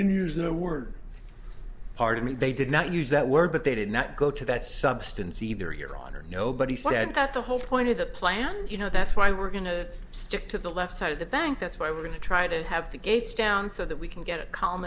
no word part of me they did not use that word but they did not go to that substance either your honor nobody said that the whole point of the plan you know that's why we're going to stick to the left side of the bank that's why we're going to try to have the gates down so that we can get a calm